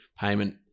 payment